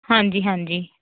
ਹਾਂਜੀ ਹਾਂਜੀ